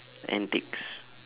antics